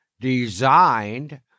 designed